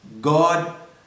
God